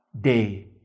day